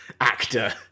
actor